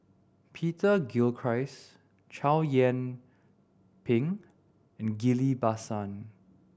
Peter Gilchrist Chow Yian Ping and Ghillie Basan